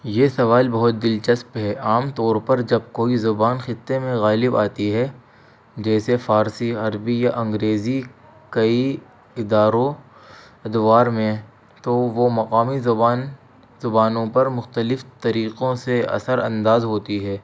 یہ سوال بہت دلچسپ ہے عام طور پر جب کوئی زبان خطے میں غالب آتی ہے جیسے فارسی عربی یا انگریزی کئی اداروں ادوار میں تو وہ مقامی زبان زبانوں پر مختلف طریقوں سے اثر انداز ہوتی ہے